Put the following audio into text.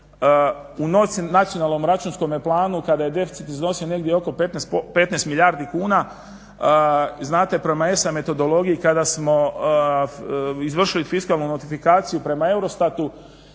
u nacionalnom računskom planu kada je deficit iznosio negdje oko 15 milijardi kuna. znate prema ESA metodologiji kada smo izvršili fiskalnu notifikaciju prema EUROSTAT-u